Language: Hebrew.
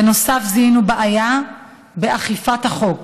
בנוסף, זיהינו בעיה באכיפת החוק